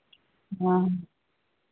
हाँ